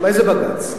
איזה בג"ץ?